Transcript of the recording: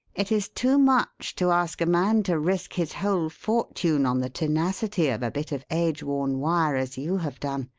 it is too much to ask a man to risk his whole fortune on the tenacity of a bit of age-worn wire as you have done,